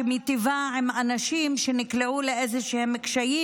שמיטיבה עם אנשים שנקלעו לאיזשהם קשיים